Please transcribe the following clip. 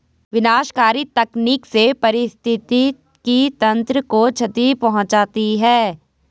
विनाशकारी तकनीक से पारिस्थितिकी तंत्र को क्षति पहुँचती है